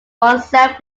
oneself